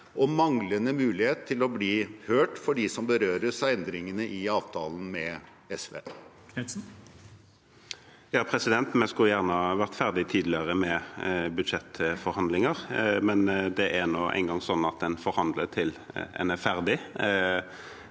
og manglende mulighet til å bli hørt for dem som berøres av endringene i avtalen med SV? Eigil Knutsen (A) Vi skulle gjerne vært ferdig tidligere med budsjettforhandlinger, men det er nå engang sånn at en forhandler til en er ferdig